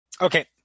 Okay